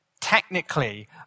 Technically